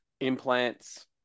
implants